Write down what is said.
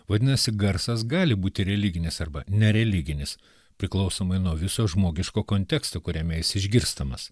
vadinasi garsas gali būti religinis arba nereliginis priklausomai nuo viso žmogiško konteksto kuriame jis išgirstamas